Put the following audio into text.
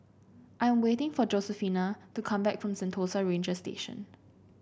I am waiting for Josefina to come back from Sentosa Ranger Station